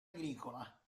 agricola